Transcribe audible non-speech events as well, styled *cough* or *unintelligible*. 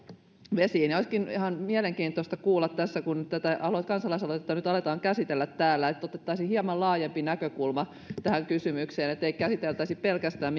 vesiin olisikin ihan mielenkiintoista kun tätä kansalaisaloitetta nyt aletaan käsitellä täällä että otettaisiin hieman laajempi näkökulma tähän kysymykseen että ei käsiteltäisi pelkästään *unintelligible*